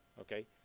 okay